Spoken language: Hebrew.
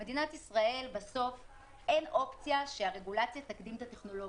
במדינת ישראל בסוף אין אופציה שהרגולציה תקדים את הטכנולוגיה.